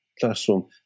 classroom